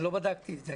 לא בדקתי את זה.